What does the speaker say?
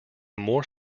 more